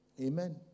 Amen